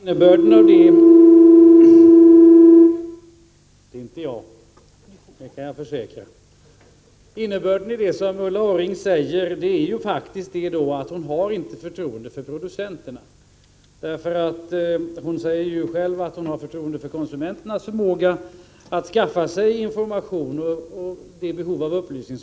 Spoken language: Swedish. Herr talman! Innebörden av det som Ulla Orring säger är faktiskt att hon inte har förtroende för producenterna. Hon säger ju själv att hon har förtroende för konsumenternas förmåga att skaffa sig information och upplysning.